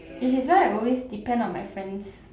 which is why I always depend on my friends